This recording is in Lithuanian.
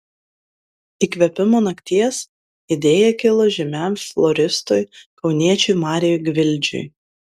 įkvėpimo nakties idėja kilo žymiam floristui kauniečiui marijui gvildžiui